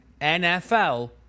NFL